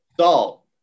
salt